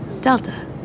Delta